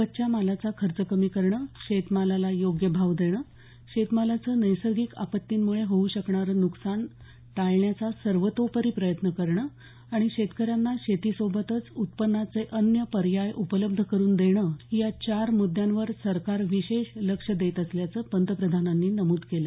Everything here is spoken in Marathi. कच्च्या मालाचा खर्च कमी करणं शेतमालाला योग्य भाव देणं शेतमालाचं नैसर्गिक आपत्तींमुळे होऊ शकणारं नुकसान टाळण्याचा सर्वतोपरी प्रयत्न करणं आणि शेतकऱ्यांना शेती सोबतच उत्पन्नाचे अन्य पर्याय उपलब्ध करून देणं या चार मुद्द्यांवर सरकार विशेष लक्ष देत असल्याचं पंतप्रधानांनी नमूद केलं